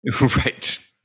Right